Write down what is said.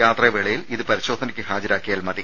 യാത്രാവേളയിൽ ഇത് പരിശോധനയ്ക്ക് ഹാജരാക്കിയാൽ മതി